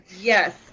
Yes